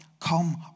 Come